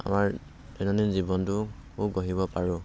আমাৰ দৈনন্দিন জীৱনটোও গঢ়িব পাৰোঁ